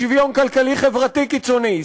אי-שוויון כלכלי-חברתי קיצוני.